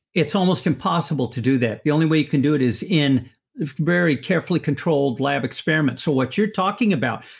it's almost impossible to do that. the only way you can do it is in very carefully controlled lab experiments. what you're talking about,